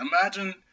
Imagine